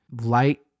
light